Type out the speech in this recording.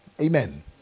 Amen